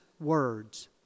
words